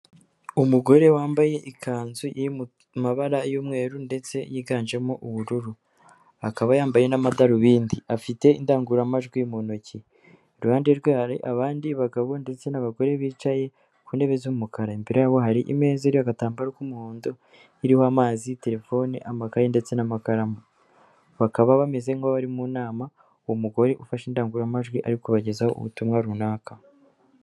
Umugore wambaye ikanzu iri mu mabara y'umweru, ndetse yiganjemo ubururu, akaba yambaye n'amadarubindi, afite indangururamajwi mu ntoki, iruhande rwe hari abandi bagabo ndetse n'abagore bicaye ku ntebe z'umukara, imbere yabo hari imeza iriho agatambaro k'umuhondo, iriho amazi, telefone, amakaye, ndetse n'amakaramu, bakaba bameze nk'abari mu nama, uwo mugore ufashe indangururamajwi ari ku bagezaho ubutumwa runaka.